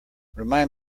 remind